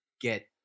get